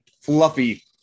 Fluffy